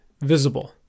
visible